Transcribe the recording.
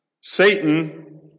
Satan